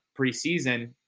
preseason